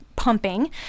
Pumping